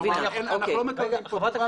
חברת הכנסת,